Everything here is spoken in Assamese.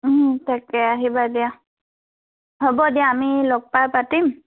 তাকে আহিবা দিয়া হ'ব দিয়া আমি লগ পাই পাতিম